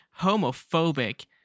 homophobic